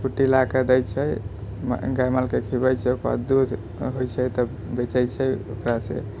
कुट्टी लाके दै छै गाय मालके खिलबै छै ओकरबाद दूध होइ छै तऽ बेचै छै ओकरा से